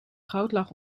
goudlaag